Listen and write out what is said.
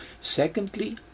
Secondly